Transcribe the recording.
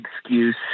excuse